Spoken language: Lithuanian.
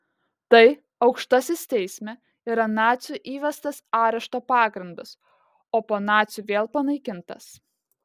tai aukštasis teisme yra nacių įvestas arešto pagrindas o po nacių vėl panaikintas